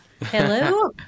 hello